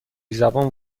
زبان